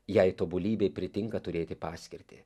jei tobulybei pritinka turėti paskirtį